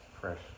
fresh